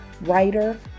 writer